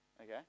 okay